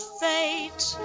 fate